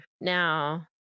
now